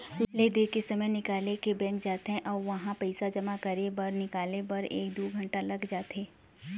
ले दे के समे निकाल के बैंक जाथे अउ उहां पइसा जमा करे बर निकाले बर एक दू घंटा लाग जाथे